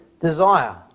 desire